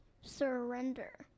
Surrender